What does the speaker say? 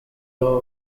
law